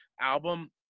album